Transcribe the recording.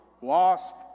Wasp